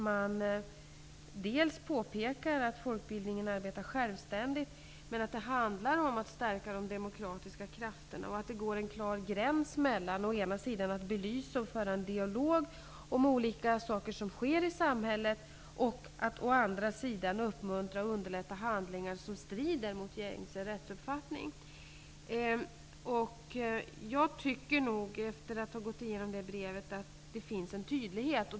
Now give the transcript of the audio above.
Man påpekar att folkbildningen skall arbeta självständigt, men att det handlar om att stärka de demokratiska krafterna och att det går en klar gräns mellan å ena sidan att belysa och föra en dialog om olika saker som sker i samhället och å andra sidan att uppmuntra och underlätta handlingar som strider mot gängse rättsuppfattning. Efter att ha gått igenom brevet tycker jag att det här finns en tydlighet.